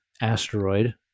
asteroid